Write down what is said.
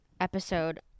episode